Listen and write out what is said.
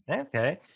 Okay